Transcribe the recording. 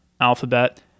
Alphabet